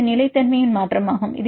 இது இது நிலைத்தன்மையின் மாற்றமாகும்